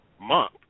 Month